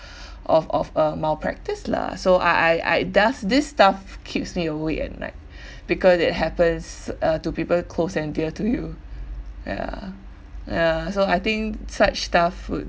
of of a malpractice lah so I I I it does this stuff keeps me awake at night because it happens uh to people close and dear to you ya ya so I think such stuff would